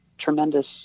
tremendous